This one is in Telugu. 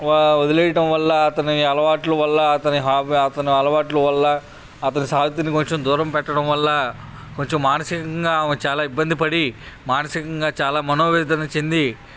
వదిలేయటం వల్ల అతని అలవాట్లు వల్ల అతని హా అతని అలవాట్లు వల్ల అతను సావిత్రిని కొంచెం దూరం పెట్టడం వల్ల కొంచెం మానసికంగా ఆమె చాలా ఇబ్బంది పడి మానసికంగా చాలా మనోవేదన చెంది